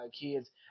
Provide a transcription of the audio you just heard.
kids